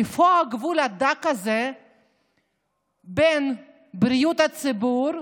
איפה הגבול הדק הזה בין בריאות הציבור,